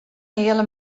heale